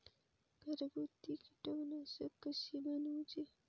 घरगुती कीटकनाशका कशी बनवूची?